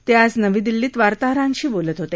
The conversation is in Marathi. ते आज नवी दिल्लीत वार्ताहरांशी बोलत होते